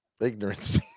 ignorance